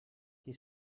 qui